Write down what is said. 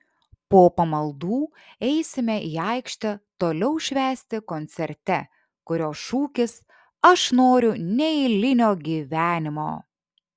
po pamaldų eisime į aikštę toliau švęsti koncerte kurio šūkis aš noriu neeilinio gyvenimo